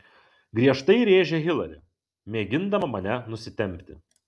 griežtai rėžia hilari mėgindama mane nusitempti